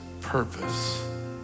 purpose